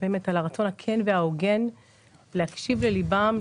על הרצון הכן וההוגן להקשיב לליבם,